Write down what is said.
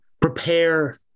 prepare